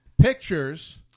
pictures